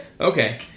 Okay